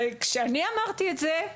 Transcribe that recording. וכשאני אמרתי את זה,